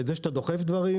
ואת זה שאתה דוחף דברים,